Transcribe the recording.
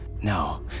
No